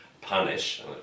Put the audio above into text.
punish